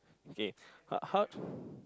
okay how how